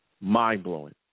Mind-blowing